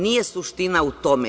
Nije suština u tome.